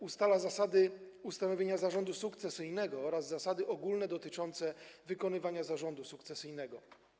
Ustala zasady ustanowienia zarządu sukcesyjnego oraz zasady ogólne dotyczące wykonywania zarządu sukcesyjnego.